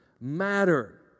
matter